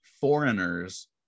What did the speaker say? Foreigners